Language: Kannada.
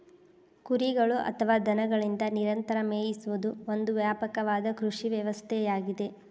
ಕುರಿಗಳು ಅಥವಾ ದನಗಳಿಂದ ನಿರಂತರ ಮೇಯಿಸುವುದು ಒಂದು ವ್ಯಾಪಕವಾದ ಕೃಷಿ ವ್ಯವಸ್ಥೆಯಾಗಿದೆ